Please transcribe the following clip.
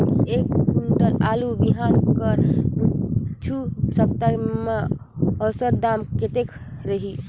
एक कुंटल आलू बिहान कर पिछू सप्ता म औसत दाम कतेक रहिस?